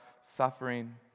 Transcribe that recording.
suffering